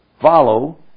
Follow